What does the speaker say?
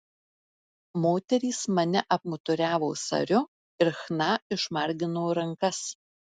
moterys mane apmuturiavo sariu ir chna išmargino rankas